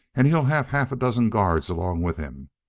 and he'll have half a dozen guards along with him.